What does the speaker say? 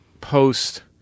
post